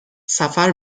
سفر